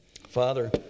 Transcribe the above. Father